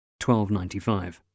1295